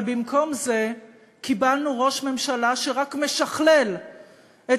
אבל במקום זה קיבלנו ראש ממשלה שרק משכלל את